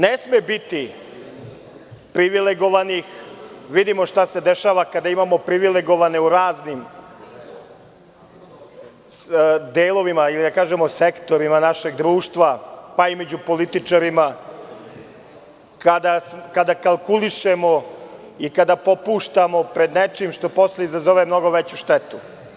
Ne sme biti privilegovanih, jer vidimo šta se dešava kada ima privilegovanih u raznim delovima, sektorima našeg društva, pa i među političarima, kada kalkulišemo i kada popuštamo pred nečim što posle izazove mnogo veću štetu.